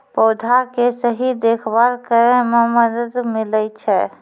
पौधा के सही देखभाल करै म मदद मिलै छै